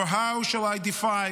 or how shall I defy,